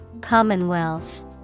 Commonwealth